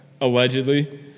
Allegedly